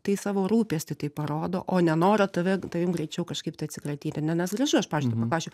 tai savo rūpestį tai parodo o ne norą tave tavim greičiau kažkaip tai atsikratyti ne nes gražu aš pavyzdžiui paklausčiau